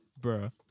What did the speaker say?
Bruh